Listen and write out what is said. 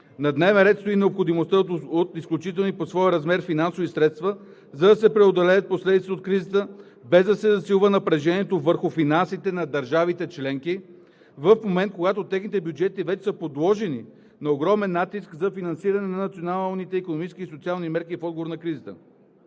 На дневен ред стои необходимостта от изключителни по своя размер финансови средства, за да се преодолеят последиците от кризата, без да се засилва напрежението върху финансите на държавите членки в момент, когато техните бюджети вече са подложени на огромен натиск за финансиране на националните икономически и социални мерки в отговор на кризата.